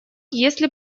если